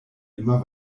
immer